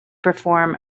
perform